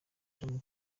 tom